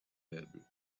meubles